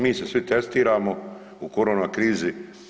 Mi se svi testiramo u korona krizi.